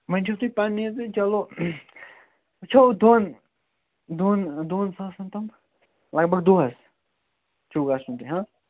وۅنۍ چھِو تُہۍ پَنٕنے تہٕ چلو وُچھو دۄن دۄن دۄن ساسَن تام لگ بگ دۅہَے چھُو گَژھُن تۄہہِ ہا